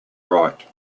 write